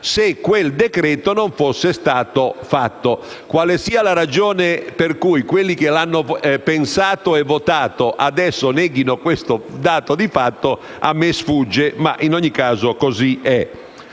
se il decreto Tremonti non fosse stato approvato. Quale sia la ragione per cui quelli che l'hanno pensato e votato adesso neghino questo dato di fatto, a me sfugge, ma in ogni caso così è.